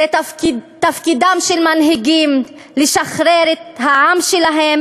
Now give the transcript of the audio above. תפקידם של מנהיגים לשחרר את העם שלהם